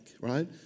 right